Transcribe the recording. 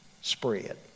spread